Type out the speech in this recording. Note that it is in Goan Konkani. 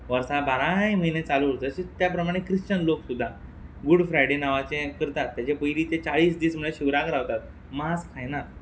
वर्सा बाराय म्हयने चालू उरता अशींत त्या प्रमाणे क्रिश्चन लोक सुद्दां गूड फ्रायडे नांवाचें करतात तेजे पयली ते चाळीस दीस म्हण शिवराक रावतात मास खायनात